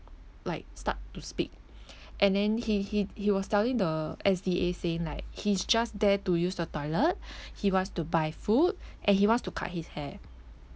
like start to speak and then he he he was telling the S_D_A saying like he's just there to use the toilet he wants to buy food and he wants to cut his hair